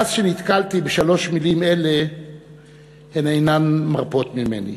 מאז שנתקלתי בשלוש מילים אלה הן אינן מרפות ממני.